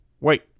Wait